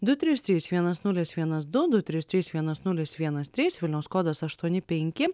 du trys trys vienas nulis vienas du du trys trys vienas nulis vienas trys vilniaus kodas aštuoni penki